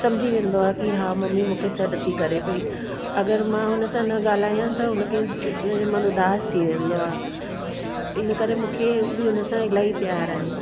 सम्झी वेंदो आहे की हा मम्मी मुखे सॾु थी करे पई अगरि मां उन सां न ॻाल्हायां त उनखे उनजो मन उदास थी वेंदो आहे इन करे मूंखे बि उन सां इलाही प्यारु आहे